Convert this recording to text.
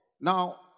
Now